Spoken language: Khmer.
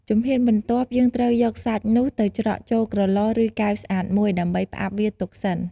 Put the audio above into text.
ជំហានបន្ទាប់់ យើងត្រូវយកសាច់នោះទៅច្រកចូល ក្រឡ ឬ កែវស្អាតមួយ ដើម្បីផ្អាប់វាទុកសិន។